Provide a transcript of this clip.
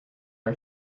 our